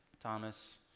Thomas